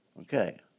Okay